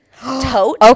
tote